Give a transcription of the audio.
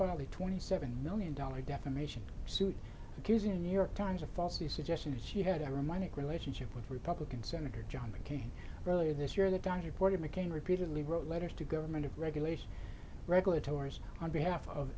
finally twenty seven million dollars defamation suit accusing the new york times of falsely suggestions she had to remind it relationship with republican senator john mccain earlier this year the donner party mccain repeatedly wrote letters to government regulation regulatory on behalf of